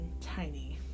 tiny